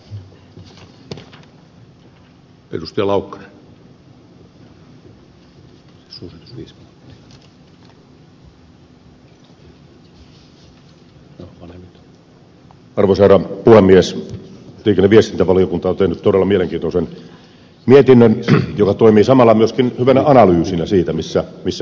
liikenne ja viestintävaliokunta on tehnyt todella mielenkiintoisen mietinnön joka toimii samalla myöskin hyvänä analyysinä siitä missä nyt mennään